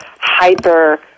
hyper